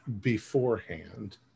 beforehand